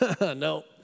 No